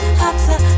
hotter